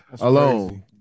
alone